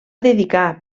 dedicar